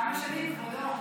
כמה שנים, כבודו?